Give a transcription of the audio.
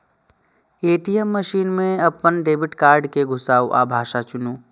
ATM machine मे अपन debit card कें घुसाउ आ भाषा चुनू